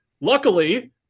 Luckily